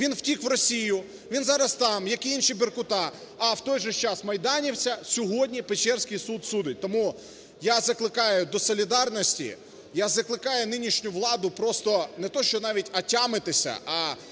він втік в Росію, він зараз там, як і інші беркута, а в той же час майданівця сьогодні Печерський суд судить. Тому я закликаю до солідарності, я закликаю нинішню владу просто не те, що навіть отямитися,